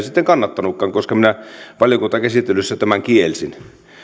sitten kannattanutkaan koska minä valiokuntakäsittelyssä tämän kielsin